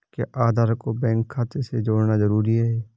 क्या आधार को बैंक खाते से जोड़ना जरूरी है?